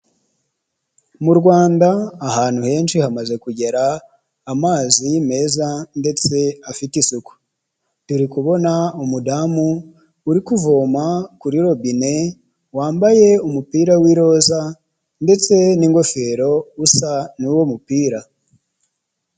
Mu Rwanda ahantu henshi hamaze kugera amazi meza ndetse afite isuku, turi kubona umudamu uri kuvoma kuri robine wambaye umupira w'iroza, ndetse n'ingofero usa n'uwo mupira.